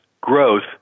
growth